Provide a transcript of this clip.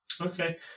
Okay